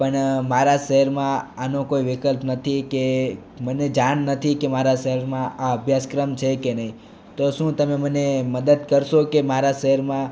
પણ મારા શહેરમાં આનો કોઈ વિકલ્પ નથી કે મને જાણ નથી કે મારા શહેરમાં આ અભ્યાસક્રમ છે કે નહીં તો શું તમે મને મદદ કરશો કે મારા શહેરમાં